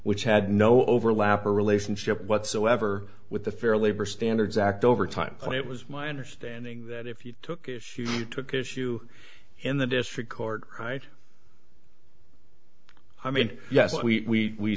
which had no overlap or relationship whatsoever with the fair labor standards act over time it was my understanding that if you took issue you took issue in the district court right i mean yes we